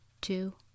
two